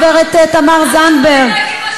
גברת תמר זנדברג,